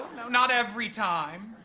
not every time.